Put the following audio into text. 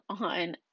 on